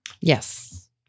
Yes